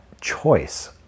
choice